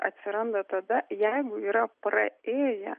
atsiranda tada jeigu yra praėję